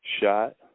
shot